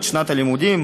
את שנת הלימודים,